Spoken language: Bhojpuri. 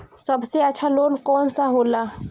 सबसे अच्छा लोन कौन सा होला?